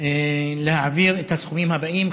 להעביר את הסכומים הבאים,